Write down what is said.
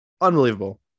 unbelievable